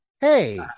Hey